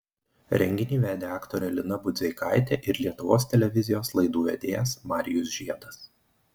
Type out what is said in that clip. renginį vedė aktorė lina budzeikaitė ir lietuvos televizijos laidų vedėjas marijus žiedas